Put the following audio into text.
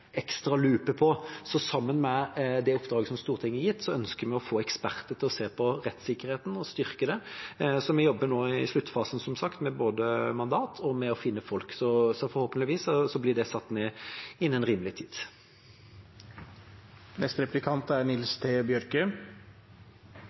Sammen med det oppdraget som Stortinget har gitt, ønsker vi å få eksperter til å se på rettssikkerheten og styrke den. Vi jobber nå i sluttfasen, som sagt, både med mandat og med å finne folk. Så forhåpentligvis blir utvalget satt ned innen rimelig tid.